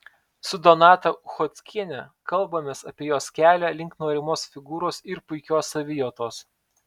su donata uchockiene kalbamės apie jos kelią link norimos figūros ir puikios savijautos